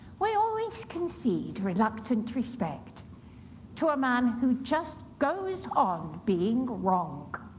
we always concede reluctant respect to a man who just goes on being wrong.